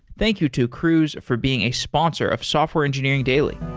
thank you to cruise for being a sponsor of software engineering daily